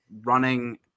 running